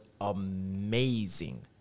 amazing